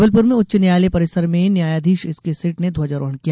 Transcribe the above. जबलपुर में उच्च न्यायालय परिसर में न्यायाधीश एसके सेठ ने ध्वजारोहण किया